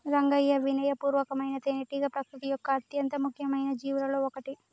రంగయ్యా వినయ పూర్వకమైన తేనెటీగ ప్రకృతి యొక్క అత్యంత ముఖ్యమైన జీవులలో ఒకటి